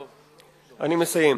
טוב, אני מסיים.